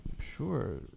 sure